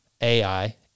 AI